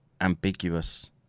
ambiguous